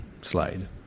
slide